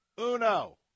Uno